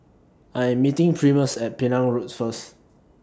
I Am meeting Primus At Penang Road First